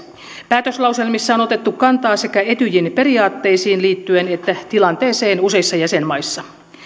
päätöslauselmissa on otettu kantaa sekä etyjin periaatteisiin liittyen että tilanteeseen useissa jäsenmaissa